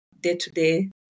day-to-day